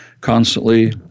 constantly